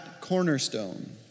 cornerstone